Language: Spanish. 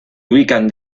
ubican